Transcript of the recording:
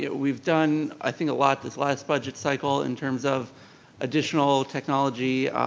yeah we've done i think a lot this last budget cycle in terms of additional technology,